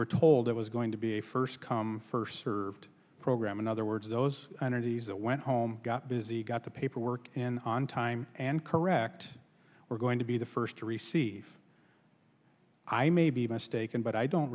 were told it was going to be a first come first served program in other words those entities that went home got busy got the paperwork in on time and correct we're going to be the first to receive i may be mistaken but i don't